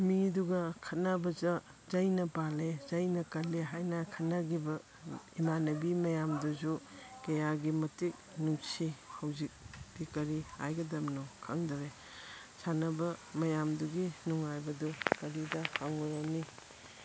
ꯃꯤꯗꯨꯒ ꯈꯠꯅꯕꯗ ꯆꯩꯅ ꯄꯥꯜꯂꯦ ꯆꯩꯅ ꯀꯜꯂꯦ ꯍꯥꯏꯅ ꯈꯠꯅꯈꯤꯕ ꯏꯃꯥꯟꯅꯕꯤ ꯃꯌꯥꯝꯗꯨꯁꯨ ꯀꯌꯥꯒꯤ ꯃꯇꯤꯛ ꯅꯨꯡꯁꯤ ꯍꯧꯖꯤꯛꯇꯤ ꯀꯔꯤ ꯍꯥꯏꯒꯗꯕꯅꯣ ꯈꯪꯗꯔꯦ ꯁꯥꯟꯅꯕ ꯃꯌꯥꯝꯗꯨꯒꯤ ꯅꯨꯡꯉꯥꯏꯕꯗꯨ ꯀꯔꯤꯗ ꯍꯪꯉꯨꯔꯅꯤ